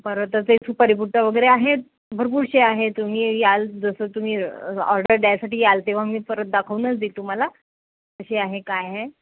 परत असे सुपारीबुट्टा वगैरे आहेत भरपूर असे आहे तुम्ही याल जसं तुम्ही ऑर्डर द्यायसाठी याल तेव्हा मी परत दाखवूनच देईल तुम्हाला कशी आहे काय आहे